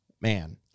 man